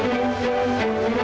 or